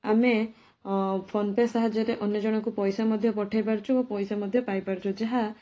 ଆମେ PhonePe ସାହାଯ୍ୟରେ ଅନ୍ୟଜଣକୁ ପଇସା ମଧ୍ୟ ପଠାଇ ପାରୁଛୁ ଓ ପଇସା ମଧ୍ୟ ପାଇପାରୁଛୁ ଯାହା